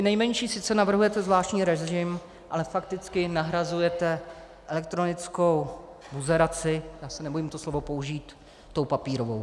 Pro ty nejmenší sice navrhujete zvláštní režim, ale fakticky nahrazujete elektronickou buzeraci, já se nebojím to slovo použít, tou papírovou.